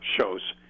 shows